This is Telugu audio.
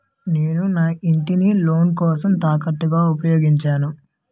నేను నా ఇంటిని లోన్ కోసం తాకట్టుగా ఉపయోగించాను